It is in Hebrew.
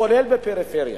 כולל בפריפריה,